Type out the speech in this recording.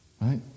Right